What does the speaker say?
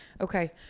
Okay